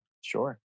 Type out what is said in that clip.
Sure